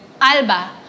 Alba